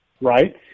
right